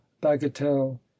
bagatelle